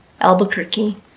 Albuquerque